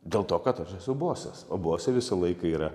dėl to kad aš esu bosas o bosai visą laiką yra